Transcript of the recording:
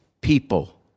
people